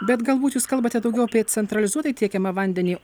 bet galbūt jūs kalbate daugiau apie centralizuotai tiekiamą vandenį